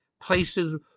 places